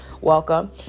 welcome